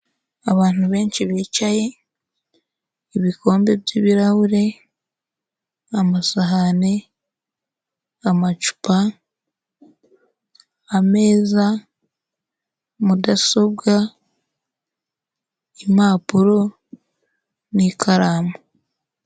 Abantu benshi bicaye, ibikombe by'ibirahure, amasahani, amacupa, ameza, mudasobwa, impapuro n'ikaramu.